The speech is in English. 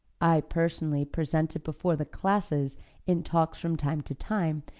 i personally present it before the classes in talks from time to time,